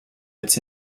its